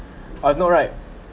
uh no right